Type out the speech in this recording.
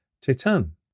Titan